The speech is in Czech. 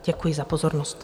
Děkuji za pozornost.